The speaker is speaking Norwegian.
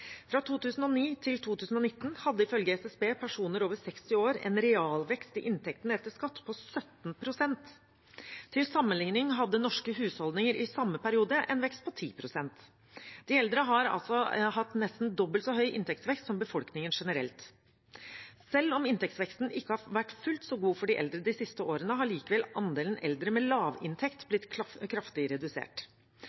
Fra 2009 til 2019 hadde ifølge SSB personer over 60 år en realvekst i inntekten etter skatt på 17 pst. Til sammenligning hadde norske husholdninger i samme periode en vekst på 10 pst. De eldre har altså hatt nesten dobbelt så høy inntektsvekst som befolkningen generelt. Selv om inntektsveksten ikke har vært fullt så god for de eldre de siste årene, har likevel andelen eldre med